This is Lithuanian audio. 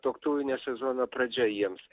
tuoktuvinio sezono pradžia jiems